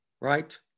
right